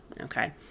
okay